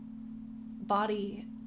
body